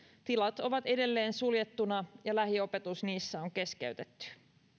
tilat ovat edelleen suljettuina ja lähiopetus niissä on keskeytetty